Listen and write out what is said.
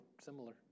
similar